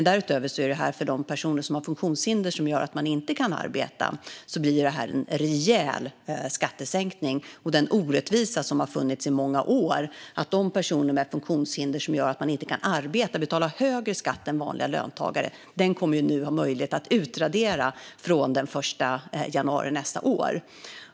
För de personer med funktionshinder som gör att de inte kan arbeta blir det en rejäl skattesänkning. Den orättvisa som har funnits i många år som gjort att personer med funktionshinder som innebär att de inte kan arbeta betalar högre skatt än vanliga löntagare kommer vi nu att ha möjlighet att utradera från den 1 januari nästa år.